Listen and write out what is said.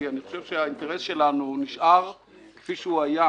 כי אני חושב שהאינטרס שלנו נשאר כפי שהיה,